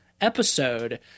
episode